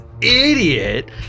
idiot